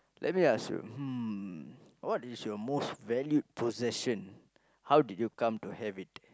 let me ask you hmm what is your most valued possession how did you come to have it